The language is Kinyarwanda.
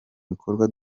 bikorwa